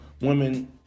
women